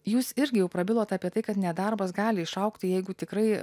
jūs irgi jau prabilot apie tai kad nedarbas gali išaugti jeigu tikrai